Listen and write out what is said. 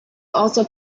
also